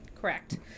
correct